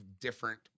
different